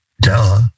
Duh